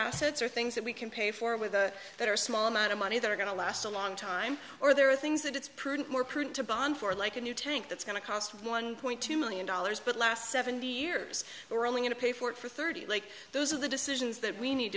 assets or things that we can pay for with that or small amount of money that are going to last a long time or there are things that it's prudent more prudent to bond for like a new tank that's going to cost one point two million dollars but last seventy years we're only going to pay for it for thirty like those are the decisions that we need